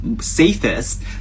safest